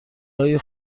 های